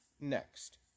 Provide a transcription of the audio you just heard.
next